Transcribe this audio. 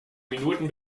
minuten